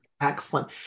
Excellent